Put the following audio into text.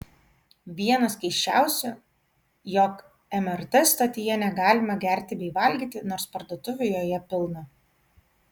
vienos keisčiausių jog mrt stotyje negalima gerti bei valgyti nors parduotuvių joje pilna